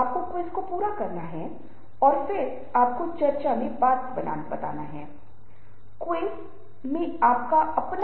दूसरे के साथ प्रभावी संचार की दिशा में पहला कदम अपने आप से सफल संचार है